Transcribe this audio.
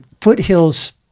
Foothills